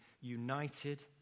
united